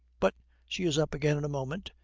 but she is up again in a moment,